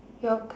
your